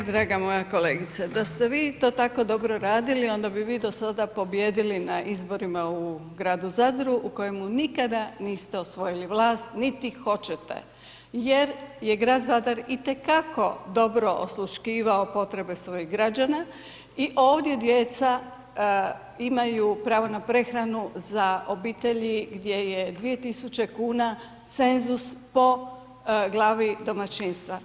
E draga moja kolegice, da ste vi to tako dobro radili onda bi vi do sada pobijedili na izborima u Gradu Zadru u kojemu nikada niste osvojili vlast niti hoćete, jer je grad Zadar i te kako dobro osluškivao potrebe svojih građana i ovdje djeca imaju pravo na prehranu za obitelji gdje je 2.000 kuna cenzus po glavi domaćinstva.